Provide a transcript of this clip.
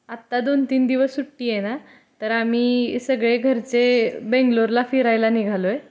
आता दोन तीन दिवस सुट्टी आहे ना तर आम्ही सगळे घरचे बेंगलोरला फिरायला निघालो आहे